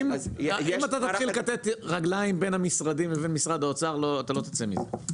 אם אתה תתחיל לכתת בין המשרדים לבין משרד האוצר אתה לא תצא מזה.